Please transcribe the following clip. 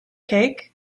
cake